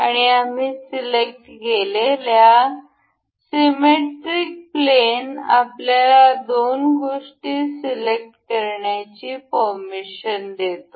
आणि आम्ही सिलेक्ट केलेल्या सिमेट्रिक प्लेन आपल्याला दोन गोष्टी सिलेक्ट करण्याची परमिशन देतो